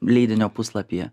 leidinio puslapyje